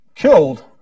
killed